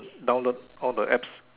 download all the apps